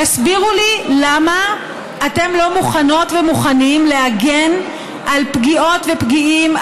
תסבירו לי למה אתם לא מוכנות ומוכנים להגן על פגיעות ופגיעים,